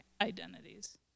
identities